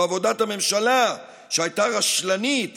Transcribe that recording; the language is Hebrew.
זו עבודת הממשלה שהייתה רשלנית